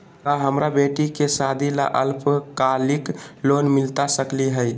का हमरा बेटी के सादी ला अल्पकालिक लोन मिलता सकली हई?